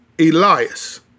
Elias